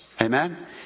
Amen